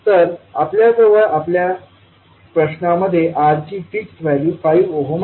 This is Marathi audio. तर आपल्याजवळ आपल्या प्रश्नामध्ये R ची फिक्स व्हॅल्यू 5 ओहम आहे